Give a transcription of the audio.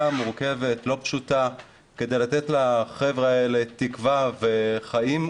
המורכבת והלא פשוטה כדי לתת לחבר'ה האלה תקווה וחיים,